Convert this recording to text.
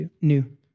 new